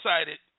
excited